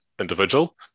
individual